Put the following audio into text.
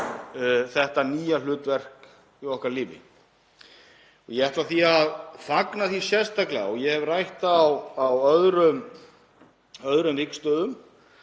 þetta nýja hlutverk í okkar lífi. Ég ætla því að fagna sérstaklega, og ég hef rætt það á öðrum vígstöðvum,